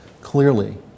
Clearly